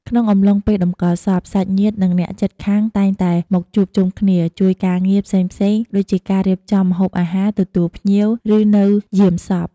ក្នុងអំឡុងពេលតម្កល់សព សាច់ញាតិ និងអ្នកជិតខាងតែងតែមកជួបជុំគ្នា ជួយការងារ ផ្សេងៗ ដូចជាការរៀបចំម្ហូបអាហារ ទទួលភ្ញៀវ ឬនៅយាមសព។